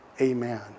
amen